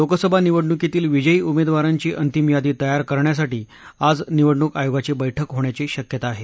लोकसभा निवडणुकीतील विजयी उमेदवारांची अंतिम यादी तयार करण्यासाठी आज निवडणूक आयोगाची बैठक होण्याची शक्यता आहे